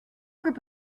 group